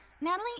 Natalie